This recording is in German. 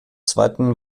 zweiten